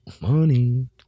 money